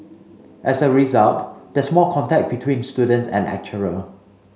as a result there's more contact between students and lecturer